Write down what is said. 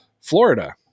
Florida